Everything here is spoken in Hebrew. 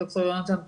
ד"ר יונתן פיאמנטה,